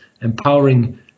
empowering